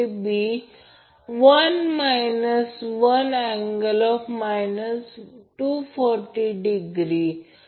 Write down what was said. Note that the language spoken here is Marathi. तर येथे दिले आहे की VabVpअँगल 0° लाईन व्होल्टेज आपण VL अँगल 0° लिहितो